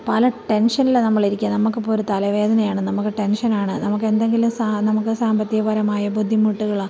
പല ടെൻഷനിലാണ് നമ്മൾ ഇരിക്കുക നമുക്ക് ഇപ്പോൾ ഒരു തലവേദനയാണ് നമുക്ക് ടെൻഷൻ ആണ് നമുക്ക് എന്തെങ്കിലും സ നമുക്ക് സാമ്പത്തികപരമായ ബുദ്ധിമുട്ടുകളാണ്